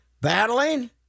battling